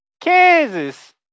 Kansas